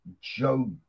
Joe